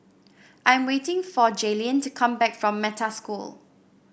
I'm waiting for Jaylyn to come back from Metta School